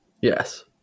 Yes